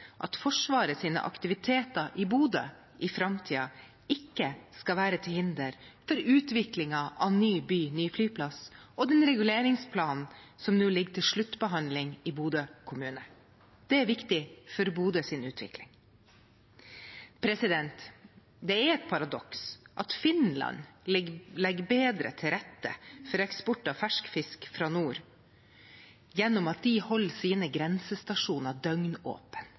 at Forsvarets aktiviteter i Bodø i framtiden ikke skal være til hinder for utviklingen av prosjektet «Ny by – ny flyplass» og reguleringsplanen som nå ligger til sluttbehandling i Bodø kommune. Det er viktig for Bodøs utvikling. Det er et paradoks at Finland legger bedre til rette for eksport av fersk fisk fra nord gjennom at de holder sine grensestasjoner